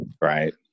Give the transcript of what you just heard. right